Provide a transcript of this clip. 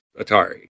Atari